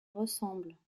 ressemblent